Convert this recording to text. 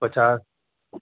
پچاس